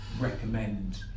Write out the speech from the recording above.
recommend